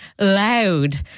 loud